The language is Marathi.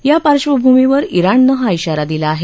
या पार्श्वभूमीवर इराणनं हा इशारा दिला आहे